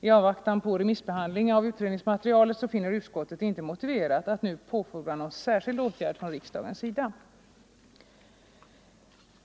I avvaktan på remissbehandlingen av utredningsmaterialet finner utskottet det inte motiverat att påfordra någon särskild åtgärd från riksdagens sida.